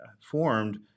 formed